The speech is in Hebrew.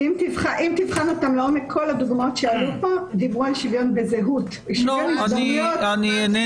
אני חושב שבלי שוויון אין שוויון הזדמנויות.